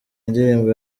ndirimbo